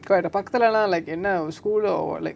quiet ah பக்கதுலலா:pakkathulalaa like என்ன:enna school or like